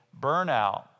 burnout